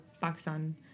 Pakistan